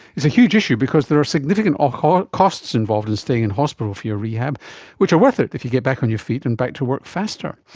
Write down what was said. it's a huge issue because there are significant ah costs involved in staying in hospital for your rehab which are worth it if you get back on your feet and back to work faster.